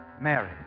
Mary